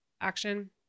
action